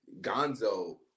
Gonzo